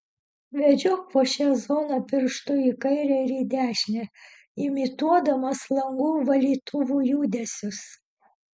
vedžiok po šią zoną pirštu į kairę ir į dešinę imituodamas langų valytuvų judesius